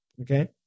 okay